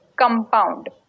compound